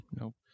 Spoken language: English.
Nope